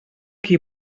qui